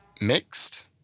mixed